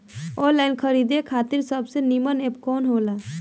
Online खरीदे खातिर सबसे नीमन एप कवन हो ला?